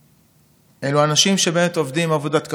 אלו אנשים שבאמת עובדים עבודת כפיים,